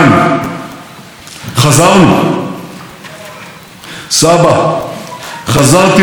סבא, חזרתי לליטא כראש ממשלתה של מדינת ישראל,